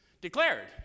declared